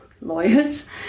lawyers